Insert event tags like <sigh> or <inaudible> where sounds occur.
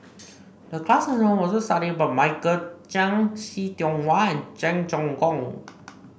the class <unintelligible> was to study about Michael Chiang See Tiong Wah Cheong Choong Kong